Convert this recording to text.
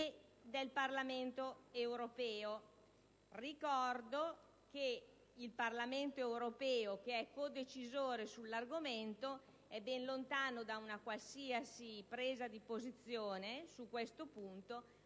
del Parlamento europeo. Ricordo che il Parlamento europeo, codecisore sull'argomento, è ben lontano da una qualsiasi presa di posizione su questo punto